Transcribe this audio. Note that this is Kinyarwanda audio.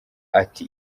ati